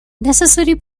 necessary